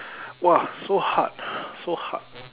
!wah! so hard so hard